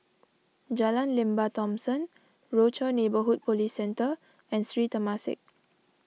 Jalan Lembah Thomson Rochor Neighborhood Police Centre and Sri Temasek